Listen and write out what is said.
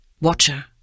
Watcher